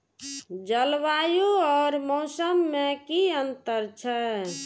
जलवायु और मौसम में कि अंतर छै?